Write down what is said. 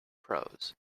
prose